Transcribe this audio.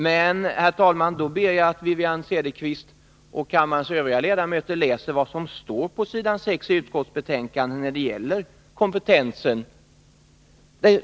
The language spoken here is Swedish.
Men, herr talman, då ber jag att Wivi-Anne Cederqvist och kammarens övriga ledamöter läser vad som står på s. 6 i utskottsbetänkandet när det gäller kompetensen.